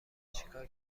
چیکار